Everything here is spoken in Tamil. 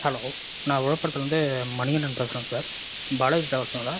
ஹலோ நான் விழுப்புரத்துலேருந்து மணிகண்டன் பேசுகிறேன் சார் பாலாஜி ட்ராவல்ஸுங்களா